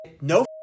no